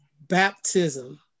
baptism